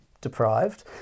deprived